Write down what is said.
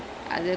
mm